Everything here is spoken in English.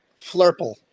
Flurple